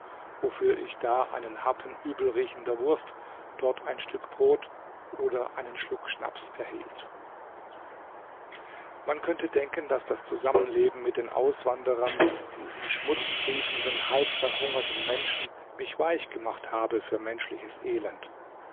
wofür ich da einen happen übelriechender wurst dort ein stück brot oder einen schluck schnaps erhielt man könnte denken daß das zusammenleben mit den auswanderern diesen schmutztriefenden halbverhungerten menschen mich weich gemacht habe für menschliches elend